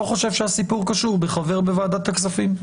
לא חושב שהסיפור קשור בחבר בוועדת הכספים,